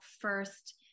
first